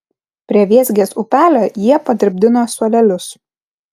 prie vėzgės upelio jie padirbdino suolelius